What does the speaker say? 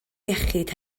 iechyd